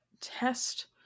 test